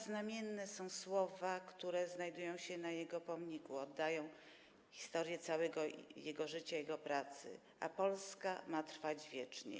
znamienne są słowa, które znajdują się na jego pomniku, bo oddają historię całego jego życia, jego pracy: A Polska ma trwać wiecznie.